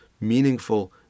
meaningful